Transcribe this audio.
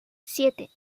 siete